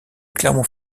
clermont